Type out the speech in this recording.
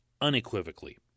unequivocally